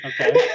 Okay